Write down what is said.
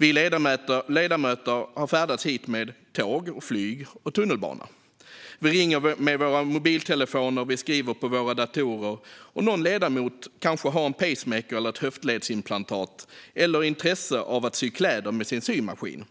Vi ledamöter har färdats hit med tåg, flyg och tunnelbana. Vi ringer med våra mobiltelefoner, skriver på våra datorer, och någon ledamot kanske har en pacemaker, ett höftledsimplantat eller ett intresse av att sy kläder med sin symaskin.